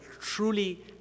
truly